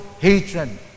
Hatred